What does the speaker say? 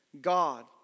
God